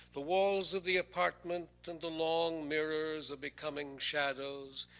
the walls of the apartment and the long mirrors are becoming shadows.